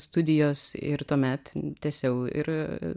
studijos ir tuomet tęsiau ir